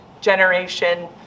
generation